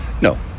No